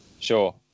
Sure